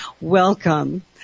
Welcome